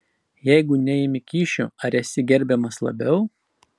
jeigu neimi kyšių ar esi gerbiamas labiau